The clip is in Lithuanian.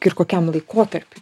ir kokiam laikotarpiui